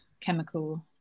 chemical